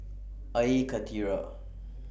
Air Karthira